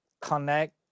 connect